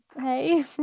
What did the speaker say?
Hey